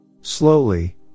Slowly